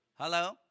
Hello